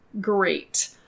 great